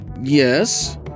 Yes